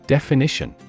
Definition